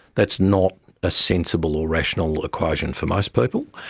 that's not a sensible or rational equation for most people.